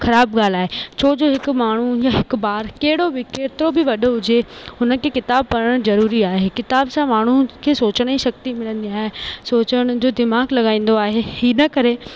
ख़राबु ॻाल्हि आहे छोजो हिकु माण्हू या हिकु ॿारु कहिड़ो बि केतिरो बि वॾो हुजे हुन खे किताबु पढ़णु ज़रूरी आहे किताब सां माण्हू खे सोचण जी शक्ती मिलंदी आहे सोचण जो दिमाग़ु लॻाईंदो आहे हिन करे